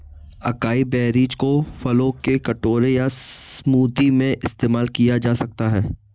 acai berries को फलों के कटोरे या स्मूदी में इस्तेमाल किया जा सकता है